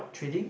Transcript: trading